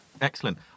Excellent